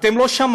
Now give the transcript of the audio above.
אתם לא שמעתם.